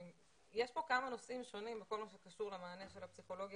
יש פה כמה נושאים שונים בכל מה שקשור למענה של הפסיכולוגיה